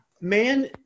man